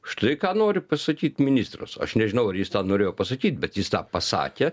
štai ką nori pasakyt ministras aš nežinau ar jis norėjo pasakyt bet jis tą pasakė